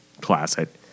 classic